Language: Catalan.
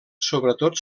sobretot